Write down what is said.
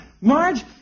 Marge